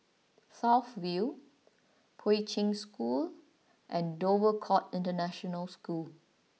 South View Poi Ching School and Dover Court International School